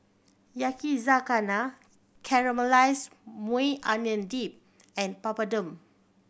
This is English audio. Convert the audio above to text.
Yakizakana Caramelized Maui Onion Dip and Papadum